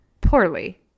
poorly